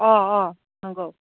अ अ नंगौ